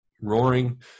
roaring